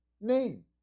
name